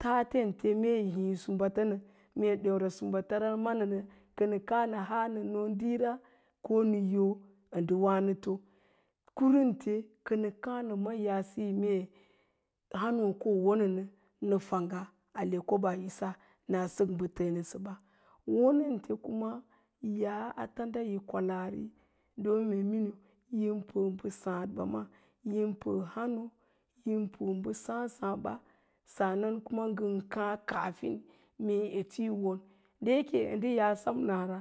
tatente mee yi híí sumbatan mee ɗéura sumbata manənə kənə káá nə haa nə nooɗiira ko nə yo a ndə wənə to kwante kənə káá nə ma ya'a siso mee hánóó ko wonənə kənə fangya ale kobaa'isa na sək bə ta̱ ɓa. Wonente kuma ya'a a tand ayi kwalaari ɗon mee miniu yi kwalaari don mee miniu yin pəə mbə sááɗ ɓa maa, yin pəə hánóó, yin pəəa bə sáá sáába, sa'annan kuma ngənkáá kaafin ngə sáá, da yake ya'a yi sem ngaa nara